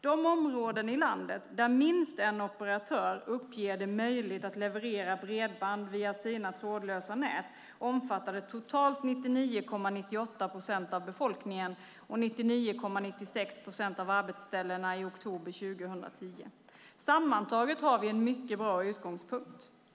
De områden i landet där minst en operatör uppger det möjligt att leverera bredband via sina trådlösa nät omfattade totalt 99,98 procent av befolkningen och 99,96 procent av arbetsställena i oktober 2010. Sammantaget har vi en mycket bra utgångspunkt.